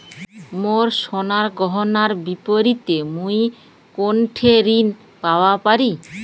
মোর সোনার গয়নার বিপরীতে মুই কোনঠে ঋণ পাওয়া পারি?